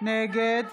נגד